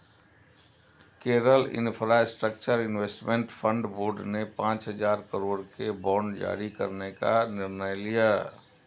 Kerala infrastructure investment fund board ने पांच हजार करोड़ के बांड जारी करने का निर्णय लिया